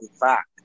back